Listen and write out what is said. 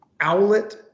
Owlet